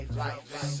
life